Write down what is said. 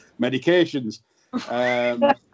medications